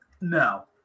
No